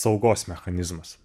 saugos mechanizmas